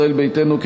ישראל ביתנו,